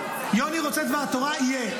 יוני רוצה דבר תורה, יהיה.